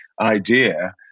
idea